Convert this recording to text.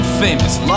famous